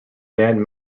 band